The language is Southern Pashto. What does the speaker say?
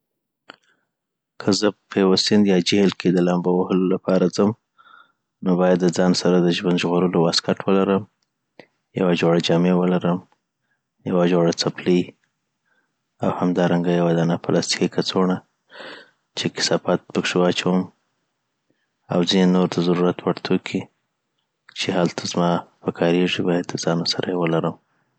که زه په یوه سیند یا جهل کي د لامبو وهلو لپاره ځم نو باید دځان سره د ژوند ژغورلو واسکټ ولرم یوه جوړه جامې ولرم یوه جوړه څپلۍ او همدارنګه یوه دانه پلاستیکي کڅوړه چی کثافات پکښی واچوم .او ځیني نور دضرورت وړ توکي چی هلته زما پکاریږی باید ځان سره یی ولرم